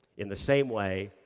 in the same way,